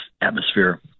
atmosphere